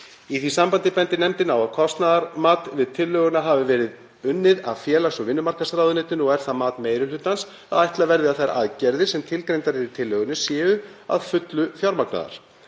Í því sambandi bendir nefndin á að kostnaðarmat við tillöguna hafi verið unnið af félags- og vinnumarkaðsráðuneytinu og er það mat meiri hlutans að ætla verði að þær aðgerðir sem tilgreindar eru í tillögunni séu því að fullu fjármagnaðar.